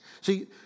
See